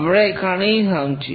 আমরা এখানেই থামছি